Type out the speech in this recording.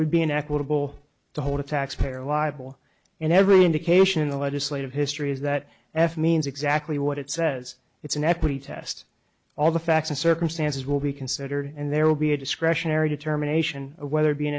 would be an equitable to hold a taxpayer libel in every indication the legislative history is that f means exactly what it says it's an equity test all the facts and circumstances will be considered and there will be a discretionary determination of whether